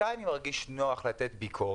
מתי אני מרגיש נוח לבקר?